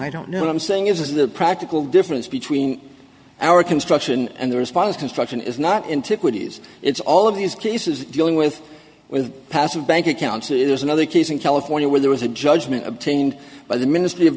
i don't know what i'm saying is the practical difference between our construction and the response construction is not in to quiz it's all of these cases dealing with with passive bank accounts and there's another case in california where there was a judgment obtained by the ministry of